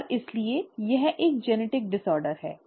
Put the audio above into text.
और इसलिए यह एक आनुवंशिक विकार है